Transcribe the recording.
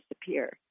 disappear